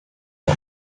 box